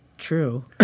true